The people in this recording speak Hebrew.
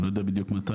אני לא יודע בדיוק מתי,